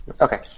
Okay